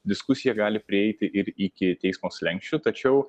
diskusija gali prieiti ir iki teismo slenksčio tačiau